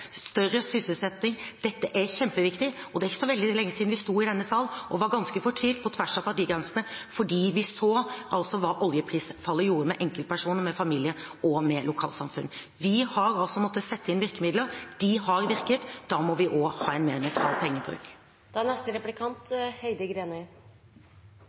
større sysselsetting – dette er kjempeviktig. Det er ikke så veldig lenge siden vi sto i denne sal og var ganske fortvilte på tvers av partigrensene fordi vi så hva oljeprisfallet gjorde med lokalsamfunn og med enkeltpersoner med familie. Vi har måttet sette inn virkemidler. De har virket. Da må vi også ha en mer nøytral pengebruk.